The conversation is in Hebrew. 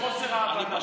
מחוסר הבנה.